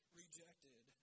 rejected